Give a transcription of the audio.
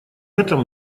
этом